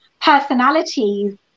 personalities